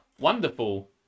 wonderful